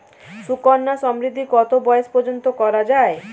সুকন্যা সমৃদ্ধী কত বয়স পর্যন্ত করা যায়?